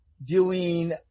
viewing